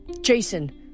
Jason